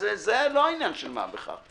זה לא עניין של מה בכך.